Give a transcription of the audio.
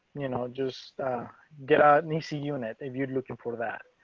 you know, just get out and ac unit. if you're looking for that.